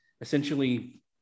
essentially